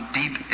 deep